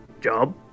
Job